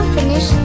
finish